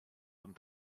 don